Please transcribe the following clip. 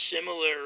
similar